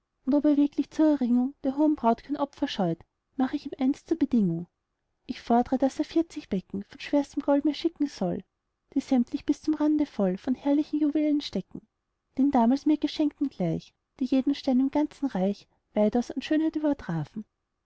ob er wirklich zur erringung der hohen braut kein opfer scheut mach ich ihm eines zur bedingung ich fordre daß er vierzig becken von schwerstem gold mir schicken soll die sämtlich bis zum rande voll von herrlichen juwelen stecken den damals mir geschenkten gleich die jeden stein im ganzen reich weitaus an schönheit übertrafen